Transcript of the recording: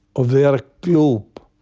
of their club,